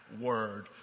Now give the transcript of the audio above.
Word